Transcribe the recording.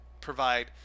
provide